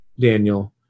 Daniel